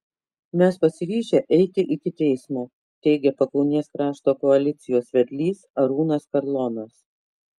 mes pasiryžę eiti iki teismo teigė pakaunės krašto koalicijos vedlys arūnas karlonas